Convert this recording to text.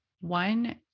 one